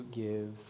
give